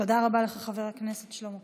תודה רבה לך, חבר הכנסת שלמה קרעי.